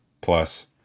plus